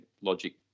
Logic